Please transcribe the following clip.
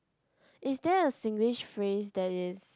is there a Singlish phrase that is